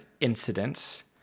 incidents